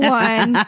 one